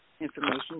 information